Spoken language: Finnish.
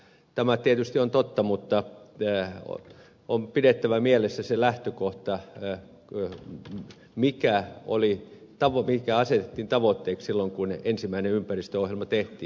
tämä tietysti on totta mutta on pidettävä mielessä se lähtökohta mikä asetettiin tavoitteeksi silloin kun ensimmäinen ympäristöohjelma tehtiin